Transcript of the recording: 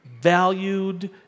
valued